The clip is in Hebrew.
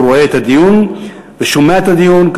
והוא רואה את הדיון ושומע את הדיון.